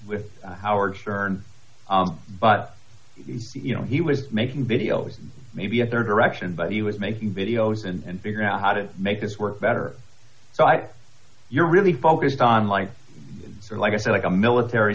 with howard stern but you know he was making videos maybe a rd direction but he was making videos and figure out how to make this work better but you're really focused on line or like i said like a military